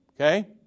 Okay